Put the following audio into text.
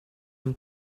i’m